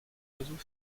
oiseaux